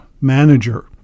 manager